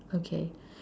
okay